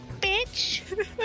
Bitch